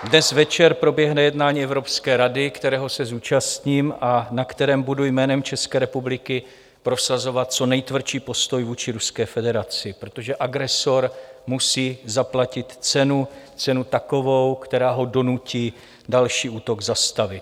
Dnes večer proběhne jednání Evropské rady, kterého se zúčastním a na kterém budu jménem České republiky prosazovat co nejtvrdší postoj vůči Ruské federaci, protože agresor musí zaplatit cenu, cenu takovou, která ho donutí další útok zastavit.